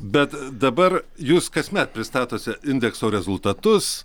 bet dabar jūs kasmet pristatote indekso rezultatus